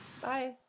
Bye